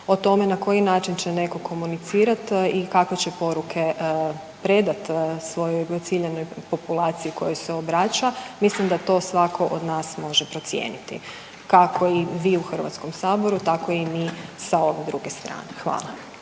O tome na koji način će netko komunicirati i kakve će poruke predati svojoj ciljanoj populaciji kojoj se obraća, mislim da to svatko od nas može procijeniti. Kako i vi u HS-u, tako i mi sa ove druge strane. Hvala.